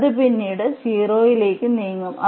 അത് പിന്നീട് 0 ലേക്ക് നീങ്ങും